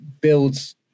builds